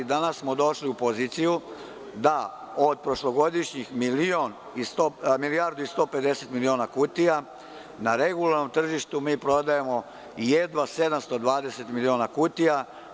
Danas smo došli u poziciju da od prošlogodišnjih milijardu i sto pedeset miliona kutija na regularnom tržištu mi prodajemo jedva 720 miliona kutija.